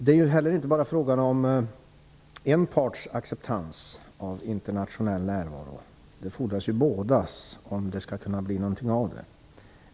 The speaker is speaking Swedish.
Det är heller inte bara fråga om en parts acceptans av internationell närvaro. Båda parternas fordras om det skall kunna bli någonting av detta.